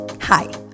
Hi